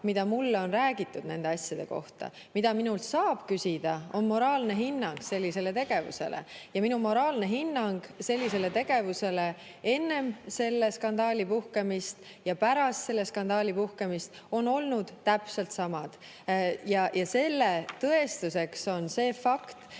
mida mulle on räägitud nende asjade kohta. Mida minult saab küsida, on moraalne hinnang sellisele tegevusele. Ja minu moraalne hinnang sellisele tegevusele enne selle skandaali puhkemist ja pärast skandaali puhkemist on olnud täpselt sama. Selle tõestuseks on see fakt,